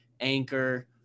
Anchor